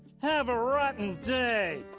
have a rotten day!